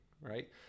right